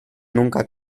nunca